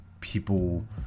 people